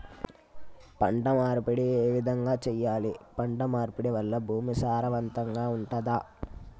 పంట మార్పిడి ఏ విధంగా చెయ్యాలి? పంట మార్పిడి వల్ల భూమి సారవంతంగా ఉంటదా?